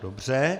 Dobře.